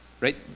Right